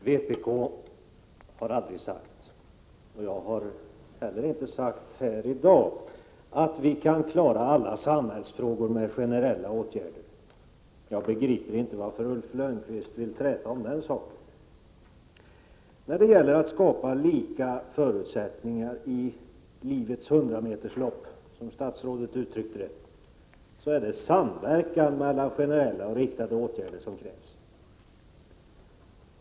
Herr talman! Vpk har aldrig sagt, och jag har i dag inte sagt, att man kan klara alla samhällsfrågor med hjälp av generella åtgärder. Jag begriper inte varför Ulf Lönnqvist vill träta om detta. När det gäller att skapa lika förutsättningar i livets hundrameterslopp, som statsrådet uttryckte det, är det samverkan mellan generella och riktade åtgärder som krävs.